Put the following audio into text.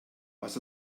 was